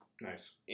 Nice